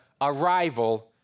arrival